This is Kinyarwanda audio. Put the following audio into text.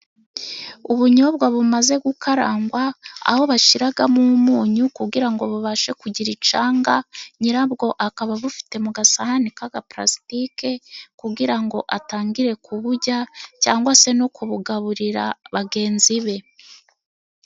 Ubunyobwa bumaze gukarangwa aho bashyiramo umunyu kugira ngo babashe kugira icyanga, nyirabwo akaba abufite mu gasahani k'agapalasitike kugira ngo atangire kuburya cyangwa se no kubugaburira bagenzi be.